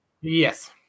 Yes